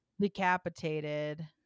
decapitated